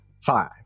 Five